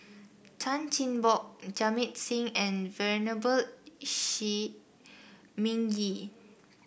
Chan Chin Bock Jamit Singh and Venerable Shi Ming Yi